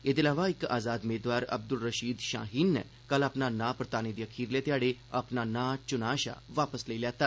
एहदे अलावा इक आजाद मेदवार अब्द्रल रशीद शाहीन नै कल नां परताने दे अखीरले ध्याड़े अपना नां च्नां शा वापस लेई लैता